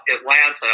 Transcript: atlanta